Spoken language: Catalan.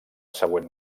següent